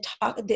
talk